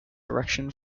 direction